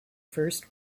first